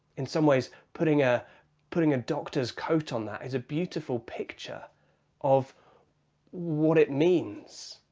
in some ways, putting ah putting a doctor's coat on that is a beautiful picture of what it means.